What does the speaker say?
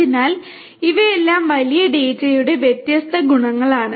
അതിനാൽ ഇവയെല്ലാം വലിയ ഡാറ്റയുടെ വ്യത്യസ്ത ഗുണങ്ങളാണ്